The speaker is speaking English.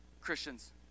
Christians